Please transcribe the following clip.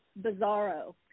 bizarro